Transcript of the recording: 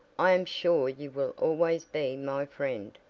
i am sure you will always be my friend,